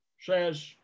says